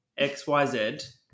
XYZ